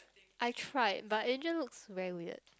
I tried but it just looks very weird